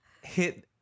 hit